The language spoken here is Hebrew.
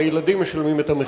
הילדים משלמים את המחיר.